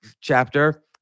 chapter